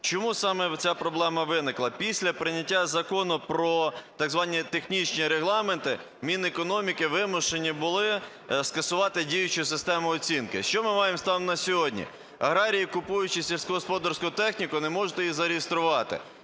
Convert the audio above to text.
Чому саме ця проблема виникла? Після прийняття Закону про так звані технічні регламенти Мінекономіки вимушені були скасувати діючу систему оцінки. Що ми маємо станом на сьогодні? Аграрії, купуючи сільськогосподарську техніку, не можуть її зареєструвати,